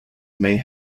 may